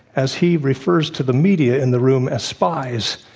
as he refers to the media in the room as spies,